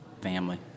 family